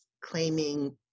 claiming